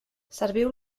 serviu